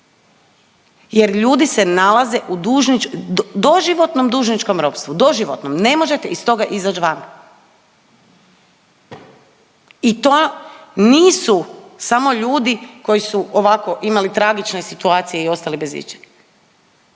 .../nerazumljivo/... doživotnom dužničkom ropstvu, doživotnom, ne možete iz toga izaći van. I to nisu samo ljudi koji su ovako imali tragične situacije i ostali bez ičeg.